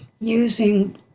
using